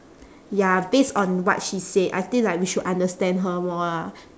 ya based on what she said I think like we should understand her more lah